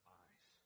eyes